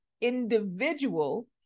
individual